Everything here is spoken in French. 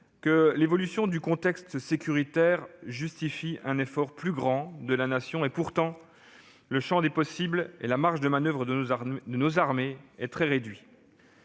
que l'évolution du contexte sécuritaire justifie un effort plus grand de la Nation. Pourtant, le champ des possibles et les marges de manoeuvre de nos armées sont très réduits.